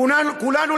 כולנו,